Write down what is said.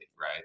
right